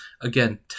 again